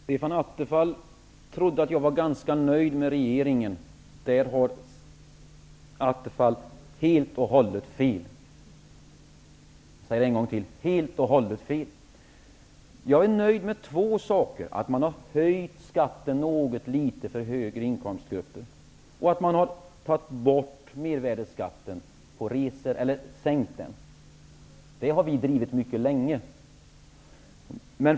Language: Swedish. Fru talman! Stefan Attefall trodde att jag var ganska nöjd med regeringen; på den punkten har Stefan Attefall helt fel. Jag upprepar: helt fel. Jag är nöjd med två saker: Att man har höjt skatten något för högre inkomstgrupper, och att man har sänkt mervärdesskatten på resor. Det är en fråga som vi har drivit länge.